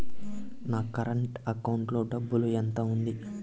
నా current account లో డబ్బులు ఎంత ఉంది?